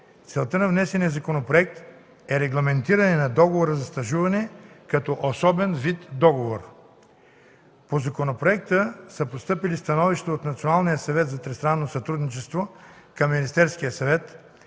Целта на внесения законопроект е регламентиране на Договора за стажуване като особен вид договор. По законопроекта са постъпили становища от Националния съвет